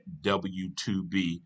W2B